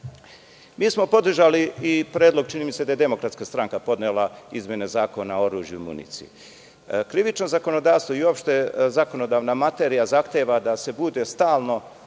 Mi smo podržali i predlog, čini mi se da je Demokratska stranka podnela, izmene Zakona o oružju i municiji. Krivično zakonodavstvo i uopšte zakonodavna materija zahteva da se bude stalno,